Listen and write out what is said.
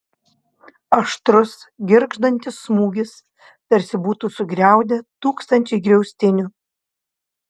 aštrus girgždantis smūgis tarsi būtų sugriaudę tūkstančiai griaustinių